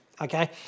okay